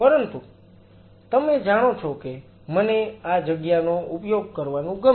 પરંતુ તમે જાણો છો કે મને આ જગ્યાનો ઉપયોગ કરવાનું ગમશે